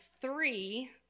three